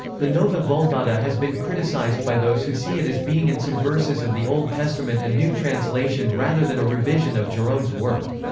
the nova vulgata has been criticized by those who see it as being in some verses of the old testament a new translation rather than a revision of jerome's work.